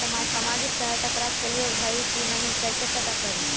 सामाजिक सहायता प्राप्त के योग्य हई कि नहीं कैसे पता करी?